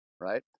right